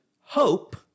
hope